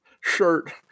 shirt